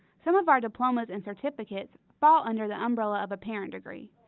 some of our diplomas and certificates fall under the umbrella of a parent degree.